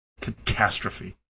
catastrophe